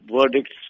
verdicts